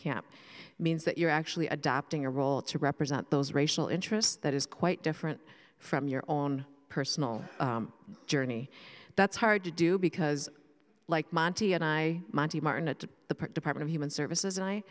camp means that you're actually adopting a role to represent those racial interests that is quite different from your own personal journey that's hard to do because like monte and i are in it to the department of human services and i